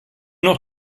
noch